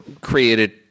created